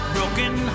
Broken